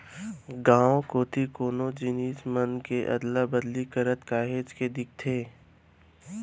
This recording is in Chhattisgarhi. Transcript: गाँव कोती कोनो जिनिस मन के अदला बदली करत काहेच के दिखथे